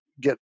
get